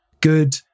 good